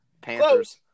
Panthers